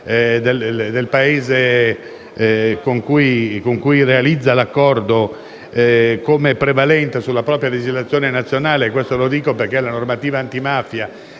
del Paese con cui realizza l'accordo come prevalente rispetto alla propria legislazione nazionale. Dico questo perché la normativa antimafia